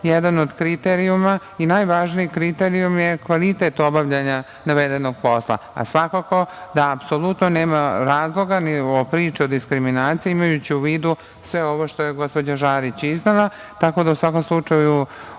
jedan od kriterijuma i najvažniji kriterijum je kvalitet obavljanja navedenog posla. Apsolutno nema razloga, ni priče o diskriminaciji, imajući u vidu sve ovo što je gospođa Žarić iznela, tako da mi razmišljamo